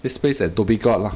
this place at dhoby ghaut lah